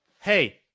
hey